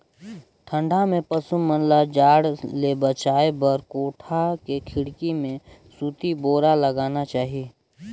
ठंडा में पसु मन ल जाड़ ले बचाये बर कोठा के खिड़की में सूती बोरा लगाना चाही